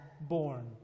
born